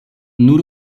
nur